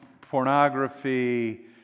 pornography